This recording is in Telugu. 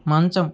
మంచం